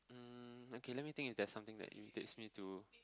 um okay let me think if there's something that irritates me to